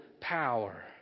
power